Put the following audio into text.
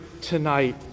tonight